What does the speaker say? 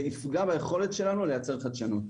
זה יפגע ביכולת שלנו לייצר חדשנות.